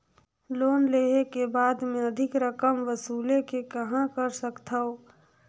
Loan लेहे के बाद मे अधिक रकम वसूले के कहां कर सकथव?